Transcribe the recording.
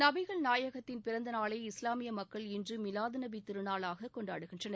நபிகள் நாயகத்தின் பிறந்த நாளை இஸ்லாமிய மக்கள் இன்று மிலாது நபி திருநாளாக கொண்டாடுகின்றனர்